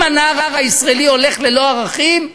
אם הנער הישראלי הולך ללא ערכים,